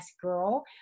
girl